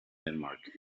denmark